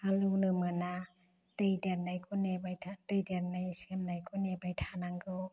हालौनो मोना दै देरनायखौ नेबायथा दै देरनाय सेमनायखौ नेबाय थानांगौ